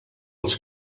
els